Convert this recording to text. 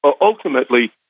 ultimately